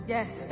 Yes